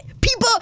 people